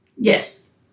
Yes